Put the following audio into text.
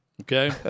Okay